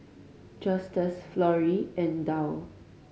Justus Florrie and Dow